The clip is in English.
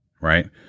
right